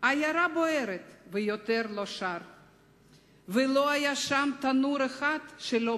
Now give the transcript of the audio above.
'העיירה בוערת' ויותר לא שר./ ולא היה שם תנור אחד שלא